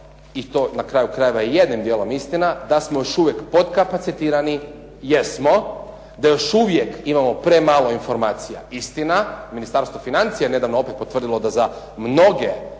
i to na kraju krajeva je jednim dijelom istina, da smo još uvijek potkapacitirani, jesmo, da još uvijek imamo premalo informacija, istina, Ministarstvo financija je nedavno opet potvrdilo da za mnoge